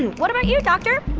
and what about you, doctor?